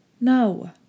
No